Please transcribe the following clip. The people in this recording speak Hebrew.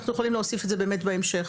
אנחנו יכולים להוסיף את זה באמת בהמשך.